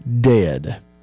dead